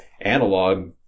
analog